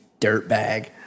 dirtbag